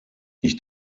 ich